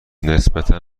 نسبتا